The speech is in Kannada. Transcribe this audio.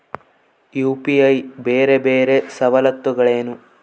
ಯು.ಪಿ.ಐ ಬೇರೆ ಬೇರೆ ಸವಲತ್ತುಗಳೇನು?